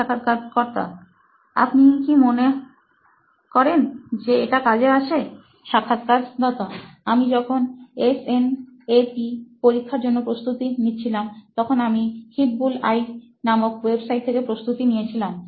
সাক্ষাৎকারকর্তা আপনার কি মনে হয় যে এটা কাজে আসে সাক্ষাৎকারদাতা আমি যখন এসএনএপিপরীক্ষার জন্য প্রস্তুতি নিচ্ছিলামতখন আমি হিটবুলসআই নামক ওয়েবসাইট থেকে প্রস্তুতি নিয়েছিলাম